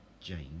James